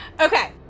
Okay